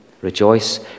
Rejoice